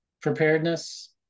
preparedness